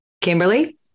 kimberly